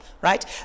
Right